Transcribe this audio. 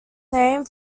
name